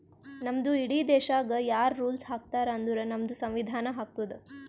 ನಮ್ದು ಇಡೀ ದೇಶಾಗ್ ಯಾರ್ ರುಲ್ಸ್ ಹಾಕತಾರ್ ಅಂದುರ್ ನಮ್ದು ಸಂವಿಧಾನ ಹಾಕ್ತುದ್